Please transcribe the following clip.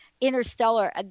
Interstellar